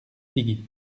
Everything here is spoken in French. tigy